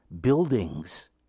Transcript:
buildings